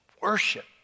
Worship